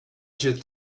should